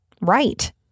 right